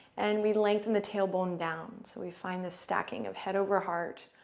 and we lengthen the tailbone down. so, we find this stacking of head over heart,